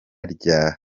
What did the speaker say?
rya